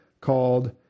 called